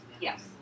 Yes